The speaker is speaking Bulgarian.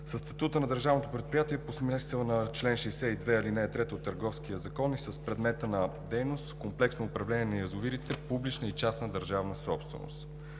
Със статута на Държавното предприятие по смисъла на чл. 62, ал. 3 от Търговския закон и с предмета на дейност Комплексно управление на язовирите е публична и частна държавна собственост.